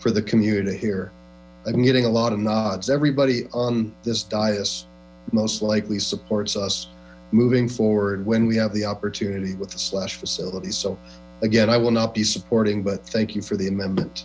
for the community to hear i've been getting a lot of nods everybody on this diocese most likely supports moving forward when we have the opportunity with the slash facility so again i will not be supporting but thank you for the amendment